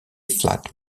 flat